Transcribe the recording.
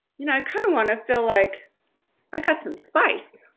you know kind of want to feel like i've got some spice.